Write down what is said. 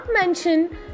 mention